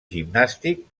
gimnàstic